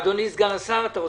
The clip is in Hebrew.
אדוני שר האוצר.